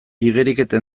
igeriketa